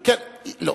לא.